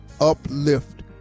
uplift